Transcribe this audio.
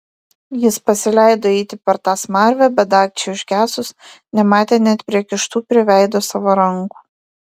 jis pasileido eiti per tą smarvę bet dagčiai užgesus nematė net prikištų prie veido savo rankų